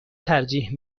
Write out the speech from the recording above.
ترجیح